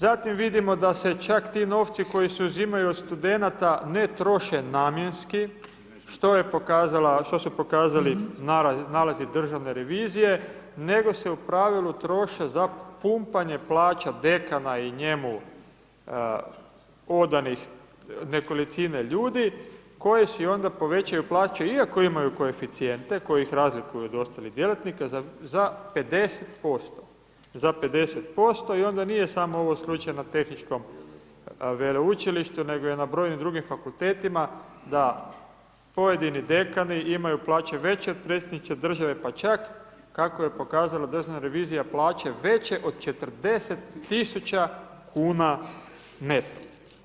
Zatim vidimo da se čak ti novci koji se uzimaju od studenata ne troše namjenski što su pokazali nalazi Državne revizije nego se u pravilu troše za pumpanje plaća dekana i njemu odanih nekolicine ljudi koji si ona povećaju plaću iako imaju koeficijente koji ih razlikuju od ostalih djelatnika za 50% onda nije ovo samo slučajno Tehničkom veleučilištu nego i na brojnim drugim fakultetima da pojedini dekani imaju plaće veće od Predsjednice države pa čak kako je pokazalo Državna revizija, plaće veće od 40 000 kuna neto.